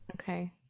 Okay